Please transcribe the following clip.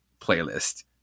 playlist